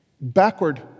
backward